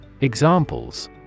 Examples